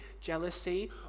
jealousy